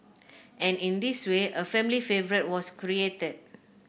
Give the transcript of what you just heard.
and in this way a family favourite was created